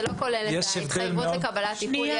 זה לא כולל את ההתחייבות לקבלת טיפול.